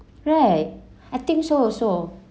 right I think so also